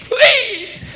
Please